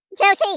Josie